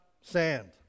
sand